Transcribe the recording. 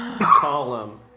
column